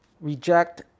reject